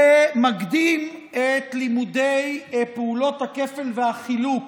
זה מקדים את לימודי פעולות הכפל והחילוק